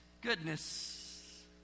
goodness